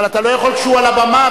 אבל אתה לא יכול כשהוא על הבמה,